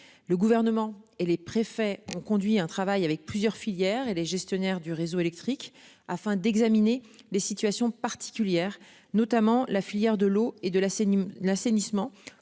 Le gouvernement et les préfets ont conduit un travail avec plusieurs filières et les gestionnaires du réseau électrique afin d'examiner les situations particulières notamment la filière de l'eau et de la scène l'assainissement